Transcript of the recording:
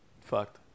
Fucked